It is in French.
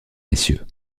messieurs